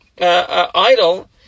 idol